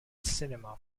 cinema